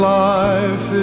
life